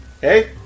Hey